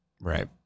right